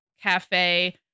cafe